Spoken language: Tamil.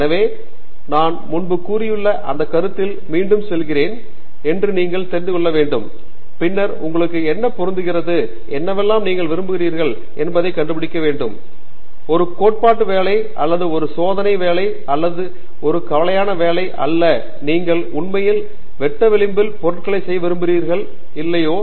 எனவே நான் முன்பு கூறியுள்ள அதே கருத்தில் மீண்டும்செல்கிறேன் என்று நீங்கள் தெரிந்து கொள்ள வேண்டும் பின்னர் உங்களுக்கு என்ன பொருந்துகிறது என்னவெல்லாம் நீங்கள் விரும்புகிறீர்கள் என்பதைக் கண்டுபிடிக்க வேண்டும் ஒரு கோட்பாட்டு வேலை அல்லது ஒரு சோதனை வேலை அல்லது ஒரு கலவையான வேலை அல்லது நீங்கள் உண்மையில் வெட்டு விளிம்பில் பொருட்களை செய்ய விரும்புகிறீர்களோ இல்லையோ